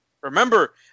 Remember